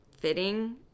fitting